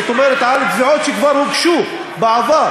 זאת אומרת על תביעות שכבר הוגשו בעבר.